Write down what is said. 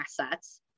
assets